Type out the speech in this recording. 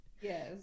Yes